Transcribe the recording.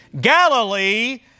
Galilee